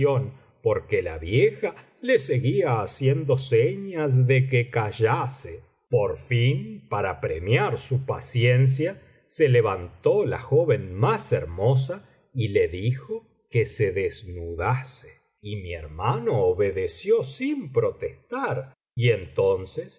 porque la vieja le seguía haciendo señas de que callase por fin para premiar su paciencia se levantó la joven más hermotomo ii biblioteca valenciana generalitat valenciana las mil noches t una noche sa y le dijo que se desnudase y mi hermano obedeció sin protestar y entonces